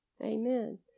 Amen